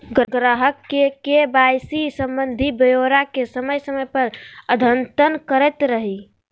ग्राहक के के.वाई.सी संबंधी ब्योरा के समय समय पर अद्यतन करैयत रहइ